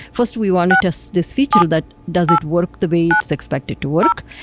first we want to test this feature that does it work the way it's expected to work.